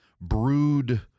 Brood